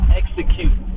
execute